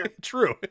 True